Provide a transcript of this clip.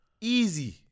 easy